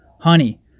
Honey